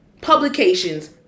publications